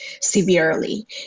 severely